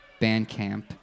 Bandcamp